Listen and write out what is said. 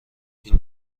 این